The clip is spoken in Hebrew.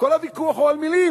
כל הוויכוח הוא על מלים.